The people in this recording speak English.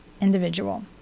individual